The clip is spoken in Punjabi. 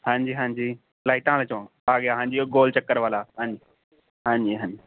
ਹਾਂਜੀ ਹਾਂਜੀ ਲਾਈਟਾਂ ਆਲਾ ਚੌਂਕ ਆ ਗਿਆ ਹਾਂਜੀ ਉਹ ਗੋਲ ਚੱਕਰ ਵਾਲਾ ਹਾਂਜੀ ਹਾਂਜੀ ਹਾਂਜੀ